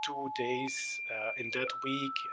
two days in that week,